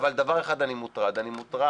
אבל דבר אחד אני מוטרד, אני מוטרד